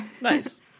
Nice